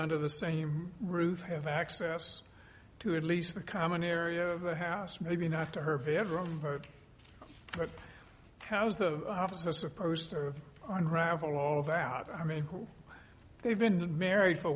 under the same roof have access to at least the common area of the house maybe not to her bedroom but how is the officer supposed to unravel all of that i mean they've been married for